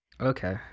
Okay